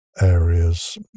areas